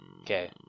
okay